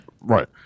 right